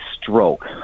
stroke